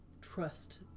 trust